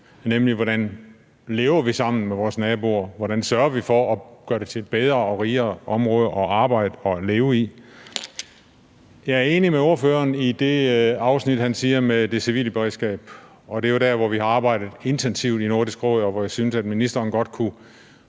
nemlig hvordan vi lever sammen med vores naboer, hvordan vi sørger for at gøre det til et bedre og rigere område at arbejde og leve i. Jeg er enig med ordføreren i det, han siger om det civile beredskab. Det er jo der, vi har arbejdet intensivt i Nordisk Råd, og hvor jeg synes ministeren godt kunne